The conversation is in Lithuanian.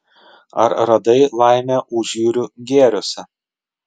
ar radai laimę užjūrių gėriuose